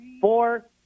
four